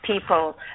people